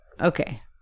okay